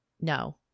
no